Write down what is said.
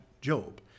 job